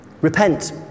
repent